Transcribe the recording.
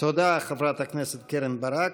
תודה, חברת הכנסת קרן ברק.